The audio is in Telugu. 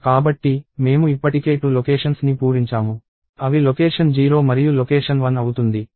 కాబట్టి మేము ఇప్పటికే 2 లొకేషన్స్ ని పూరించాము అవి లొకేషన్ 0 మరియు లొకేషన్ 1 అవుతుంది